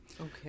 okay